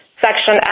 Section